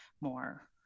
more